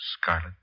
Scarlet